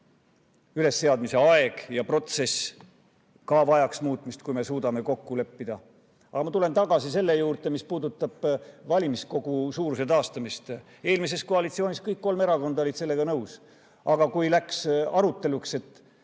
ülesseadmise aeg ja ka protsess vajaks muutmist, kui me suudame kokku leppida. Ma tulen tagasi selle juurde, mis puudutab valimiskogu suuruse taastamist. Eelmises koalitsioonis kõik kolm erakonda olid sellega nõus. Aga kui läks aruteluks,